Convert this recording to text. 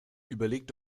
überlegt